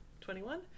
Twenty-one